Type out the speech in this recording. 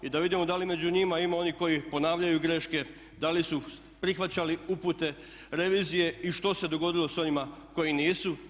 Da vidimo da li među njima ima onih koji ponavljaju greške, da li su prihvaćali upute revizije i što se dogodilo s ovima koji nisu.